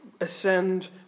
ascend